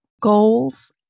goals